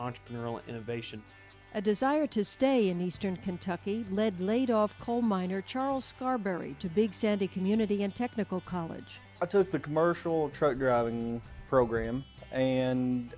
entrepreneurial innovation a desire to stay in eastern kentucky lead laid off coal miner charles carberry to big sandy community and technical college i took the commercial truck driving program and